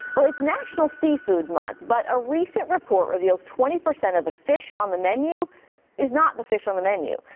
so it's national seafood month, but a recent report reveals twenty percent of the fish on the menu is not the fish on the menu.